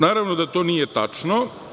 Naravno da to nije tačno.